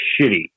shitty